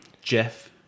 Jeff